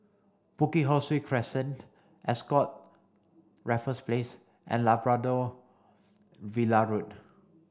Bukit Ho Swee Crescent Ascott Raffles Place and Labrador Villa Road